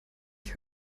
ich